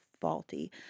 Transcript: faulty